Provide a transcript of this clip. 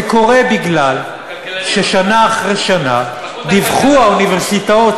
זה קורה כי שנה אחרי שנה דיווחו האוניברסיטאות